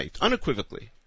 Unequivocally